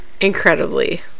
incredibly